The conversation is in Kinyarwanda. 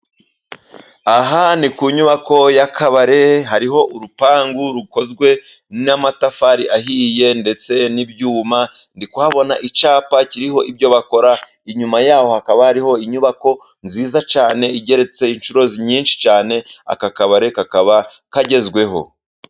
Aha ni ku nyubako y'akabare, hariho urupangu rukozwe n'amatafari ahiye ndetse n'ibyuma, ndikuhabona icyapa kiriho ibyo bakora, inyuma yaho hakaba hariho inyubako nziza cyane, igeretse inshuro nyinshi cyane, aka kabari kakaba kagezweho.